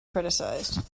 criticized